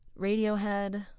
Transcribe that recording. radiohead